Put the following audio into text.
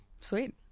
Sweet